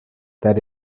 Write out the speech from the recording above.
that